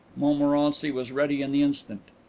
montmorency was ready on the instant.